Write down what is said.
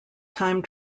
time